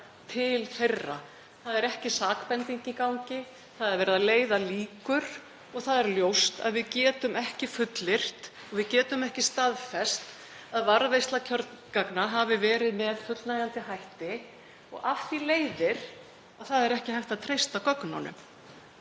til hennar. Það er ekki sakbending í gangi. Það er verið að leiða líkur og það er ljóst að við getum ekki fullyrt og við getum ekki staðfest að varðveisla kjörgagna hafi verið með fullnægjandi hætti. Af því leiðir að það er ekki hægt að treysta gögnunum.